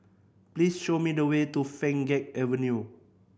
please show me the way to Pheng Geck Avenue